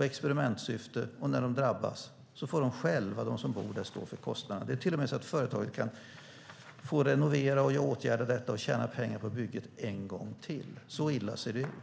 i experimentsyfte, och när de drabbas får de själva stå får kostnaderna. Det är till och med så att företaget kan renovera och göra åtgärder och tjäna pengar på bygget en gång till. Så illa ser det ut.